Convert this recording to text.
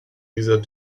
dieser